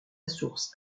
source